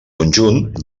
conjunt